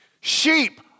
Sheep